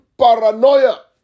paranoia